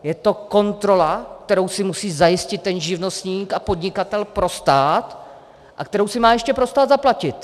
Je to kontrola, kterou si musí zajistit živnostník a podnikatel pro stát a kterou si má ještě pro stát zaplatit.